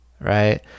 right